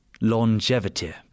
longevity